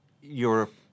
Europe